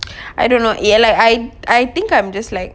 I don't know ya like I I think I'm just like